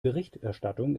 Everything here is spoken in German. berichterstattung